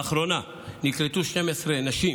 לאחרונה נקלטו 12 נשים